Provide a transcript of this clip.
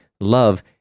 love